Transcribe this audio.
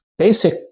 basic